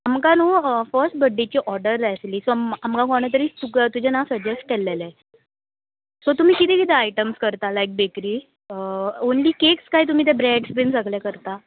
आमकां न्हू फर्स्ट बड्डेची ऑर्डर जाय आसली सो आमकां कोणें तरी तुका तुजें नांव सजेस्ट केल्लेलें सो तुमी किदें किदें आयटम्स करता लायक बेकरी ओन्ली केक्स कांय तुमी ते ब्रेड्स बीन सगळे करता